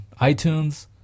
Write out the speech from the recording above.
iTunes